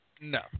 No